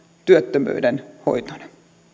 työttömyyden hoitona